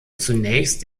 zunächst